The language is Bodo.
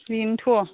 बेनोथ'